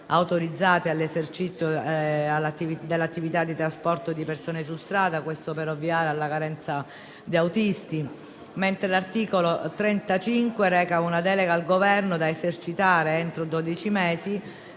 autorizzate all'esercizio dell'attività di trasporto di persone su strada, al fine di ovviare alla carenza di autisti. L'articolo 35 reca delega al Governo, da esercitare entro dodici